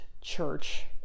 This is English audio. church